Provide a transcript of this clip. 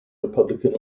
republican